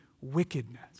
wickedness